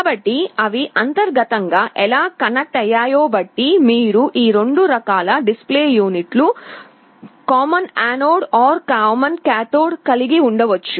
కాబట్టి అవి అంతర్గతంగా ఎలా కనెక్ట్ అయ్యాయో బట్టి మీరు 2 రకాల డిస్ప్లే యూనిట్ లు కామన్ యానోడ్ లేదా కామన్ కాథోడ్ కలిగి ఉండవచ్చు